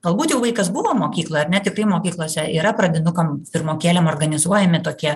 galbūt jau vaikas buvo mokykloj ar ne tikrai mokyklose yra pradinukam pirmokėliam organizuojami tokie